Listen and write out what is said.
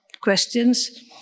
questions